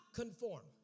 conform